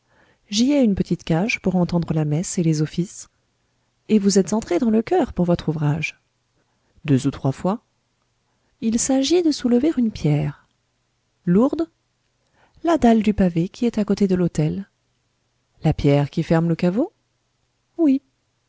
j'y ai une petite cage pour entendre la messe et les offices et vous êtes entré dans le choeur pour votre ouvrage deux ou trois fois il s'agit de soulever une pierre lourde la dalle du pavé qui est à côté de l'autel la pierre qui ferme le caveau oui